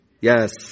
Yes